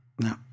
No